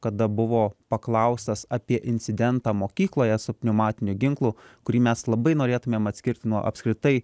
kada buvo paklaustas apie incidentą mokykloje su pneumatiniu ginklu kurį mes labai norėtumėm atskirti nuo apskritai